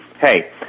hey